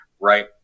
right